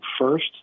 first